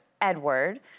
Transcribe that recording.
Edward